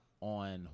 on